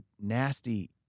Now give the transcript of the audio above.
nasty